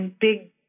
big